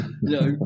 No